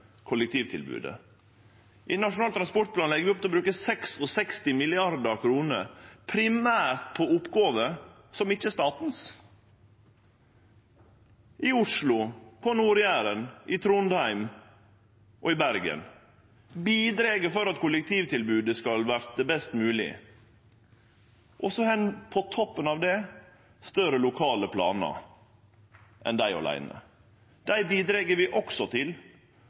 kollektivtilbodet. I Nasjonal transportplan legg vi opp til å bruke 66 mrd. kr primært på oppgåver som ikkje er statlege – i Oslo, på Nord-Jæren, i Trondheim og i Bergen. Det bidreg til at kollektivtilbodet skal verte best mogleg. På toppen av det har ein større lokale planar enn dei aleine. Dei bidreg vi også til.